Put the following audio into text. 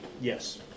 Yes